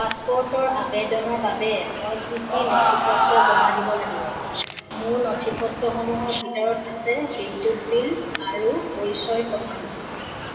পাছপ'ৰ্টৰ আবেদনৰ বাবে মই কি কি নথিপত্ৰ জমা দিব লাগিব মোৰ নথিপত্ৰসমূহৰ ভিতৰত আছে বিদ্যুৎ বিল আৰু পৰিচয় প্ৰমাণ